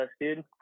dude